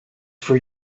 for